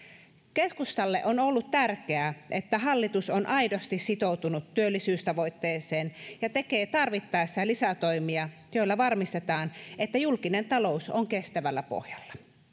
keskustalle on ollut tärkeää että hallitus on aidosti sitoutunut työllisyystavoitteeseen ja tekee tarvittaessa lisätoimia joilla varmistetaan että julkinen talous on kestävällä pohjalla